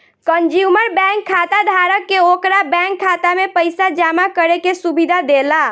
consumer bank खाताधारक के ओकरा बैंक खाता में पइसा जामा करे के सुविधा देला